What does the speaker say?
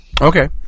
Okay